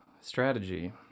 strategy